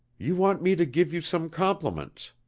you want me to give you some compliments.